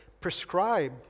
prescribe